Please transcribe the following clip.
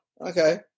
Okay